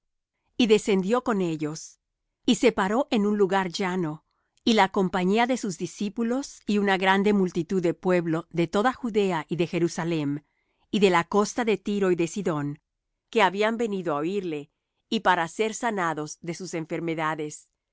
y descendió con ellos y se paró en un lugar llano y la compañía de sus discípulos y una grande multitud de pueblo de toda judea y de jerusalem y de la costa de tiro y de sidón que habían venido á oirle y para ser sanados de sus enfermedades